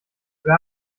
wer